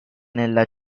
nella